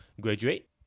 graduate